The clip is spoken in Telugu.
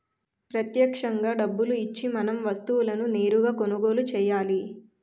ప్రత్యక్షంగా డబ్బులు ఇచ్చి మనం వస్తువులను నేరుగా కొనుగోలు చేయాలి